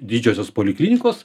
didžiosios poliklinikos